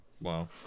wow